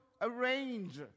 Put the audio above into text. arrange